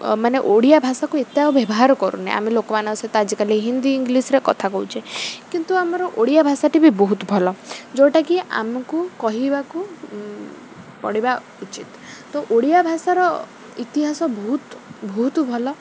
ମାନେ ଓଡ଼ିଆ ଭାଷାକୁ ଏତେ ଆଉ ବ୍ୟବହାର କରୁନେ ଆମେ ଲୋକମାନଙ୍କ ସହିତ ଆଜିକାଲି ହିନ୍ଦୀ ଇଂଲିଶରେ କଥା କହୁଛେ କିନ୍ତୁ ଆମର ଓଡ଼ିଆ ଭାଷାଟି ବି ବହୁତ ଭଲ ଟା କି ଆମକୁ କହିବାକୁ ପଡ଼ିବା ଉଚିତ ତ ଓଡ଼ିଆ ଭାଷାର ଇତିହାସ ବହୁତ ବହୁତ ଭଲ